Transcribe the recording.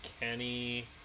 Kenny